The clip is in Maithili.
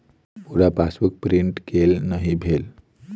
पूरा पासबुक प्रिंट केल नहि भेल